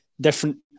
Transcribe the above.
different